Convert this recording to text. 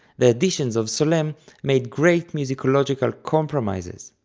the editions of solesmes made great musicological compromises.